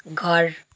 घर